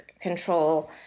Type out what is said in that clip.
control